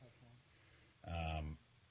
Okay